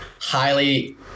highly